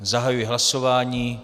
Zahajuji hlasování.